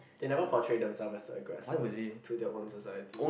they never portray themselves as the aggressor to their own society